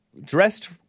dressed